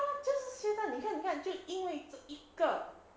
对啊就是学渣你看你看就这因为一个